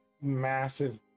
massive